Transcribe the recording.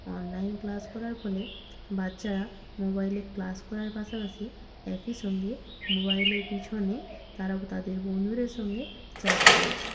online class করার ফলে বাচ্চারা মোবাইলে ক্লাস করার পাশাপাশি একই সঙ্গে মোবাইলের পিছনে তারাও তাদের বন্ধুদের সঙ্গে চ্যাট করছে